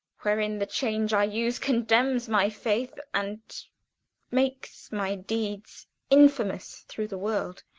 wherein the change i use condemns my faith, and makes my deeds infamous through the world